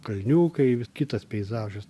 kalniukai kitas peizažas